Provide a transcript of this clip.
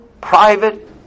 private